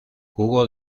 jugó